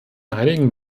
einigen